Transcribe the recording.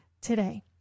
today